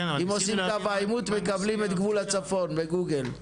אם עושים קו העימות מקבלים את גבול הצפון בגוגל.